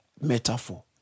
metaphor